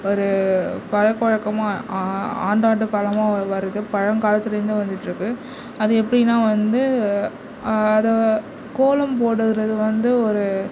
ஒரு பழக்கம் வழக்கமாக ஆண்டாண்டு காலமாக வ வருது பழங்காலத்துலேருந்து வந்துட்டுருக்கு அது எப்படின்னா வந்து அது கோலம் போடுறது வந்து ஒரு